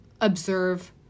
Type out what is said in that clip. observe